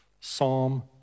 Psalm